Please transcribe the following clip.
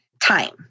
time